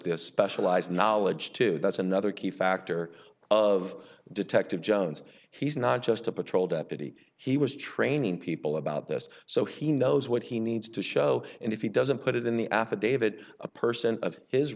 the specialized knowledge to that's another key factor of detective jones he's not just a patrol deputy he was training people about this so he knows what he needs to show and if he doesn't put it in the affidavit a person